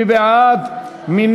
מי